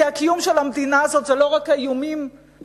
כי הקיום של המדינה הזאת זה לא רק מול האיומים מבחוץ,